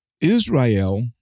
Israel